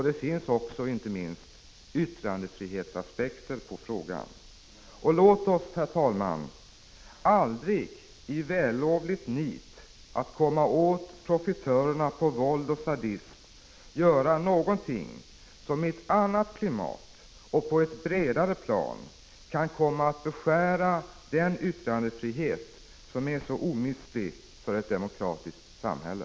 Det finns också, inte minst, yttrandefrihetsaspekter på frågan. Låt oss aldrig, herr talman, i vällovligt nit att komma åt profitörerna på våld och sadism göra någonting som i ett annat klimat och på ett bredare plan kan komma att beskära den yttrandefrihet som är så omistlig för ett demokratiskt samhälle.